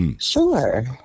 Sure